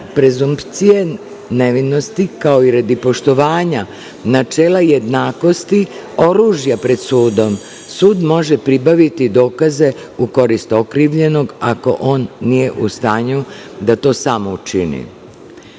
prezumcije nevinosti, kao i radi poštovanja načela jednakosti oružja pred sudom, sud može pribaviti dokaze u korist okrivljenog ako on nije u stanju da to sam učini. Takođe